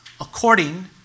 according